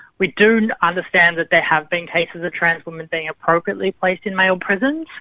we do and understand that there have been cases of transwomen being appropriately placed in male prisons,